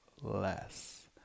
less